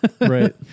right